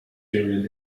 period